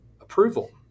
approval